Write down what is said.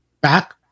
back